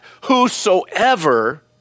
whosoever